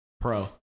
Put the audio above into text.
Pro